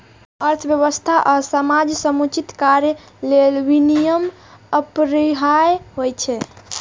अर्थव्यवस्था आ समाजक समुचित कार्य लेल विनियम अपरिहार्य होइ छै